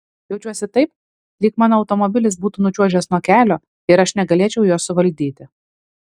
jaučiuosi taip lyg mano automobilis būtų nučiuožęs nuo kelio ir aš negalėčiau jo suvaldyti